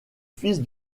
fils